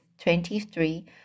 twenty-three